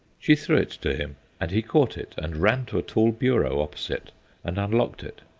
she threw it to him and he caught it and ran to a tall bureau opposite and unlocked it.